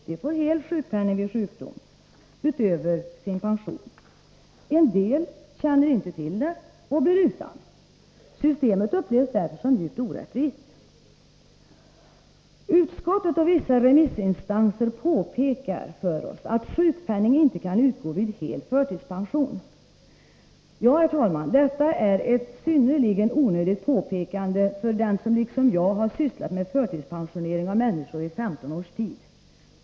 De får vid sjukdom hel sjukpenning utöver pensionen. En del känner inte till det — och blir utan. Systemet upplevs därför som djupt orättvist. Utskottet och vissa remissinstanser påpekar för oss att sjukpenning inte kan utgå vid hel förtidspension. Ja, herr talman, detta är ett ganska onödigt påpekande för den som liksom jag sysslat med förtidspensionering av människor i 15 års tid.